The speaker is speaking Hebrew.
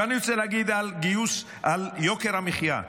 עכשיו אני רוצה לדבר על יוקר המחיה.